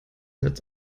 netz